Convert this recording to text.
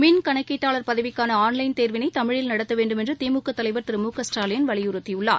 மின் கணக்கீட்டாளர் பதவிக்கான ஆன்லைன் தேர்வினை தமிழில் நடத்த வேண்டுமென்று திமுக தலைவர் திரு மு க ஸ்டாலின் வலியுறுத்தியுள்ளார்